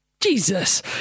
Jesus